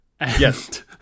Yes